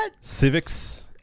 Civics